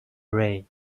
array